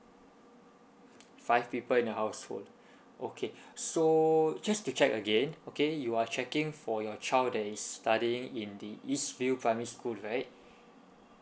five people in the household okay so just to check again okay you are checking for your child that is studying in the east view primary school right